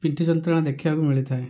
ପିଠି ଯନ୍ତ୍ରଣା ଦେଖିବାକୁ ମିଳିଥାଏ